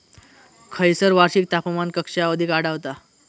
खैयसर वार्षिक तापमान कक्षा अधिक आढळता?